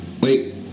wait